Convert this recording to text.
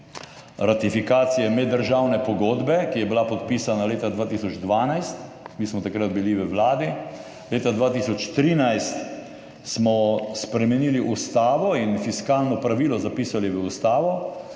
ratifikacije meddržavne pogodbe, ki je bila podpisana leta 2012, mi smo takrat bili v Vladi, leta 2013 smo spremenili ustavo in fiskalno pravilo zapisali v ustavo